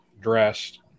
dressed